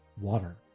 water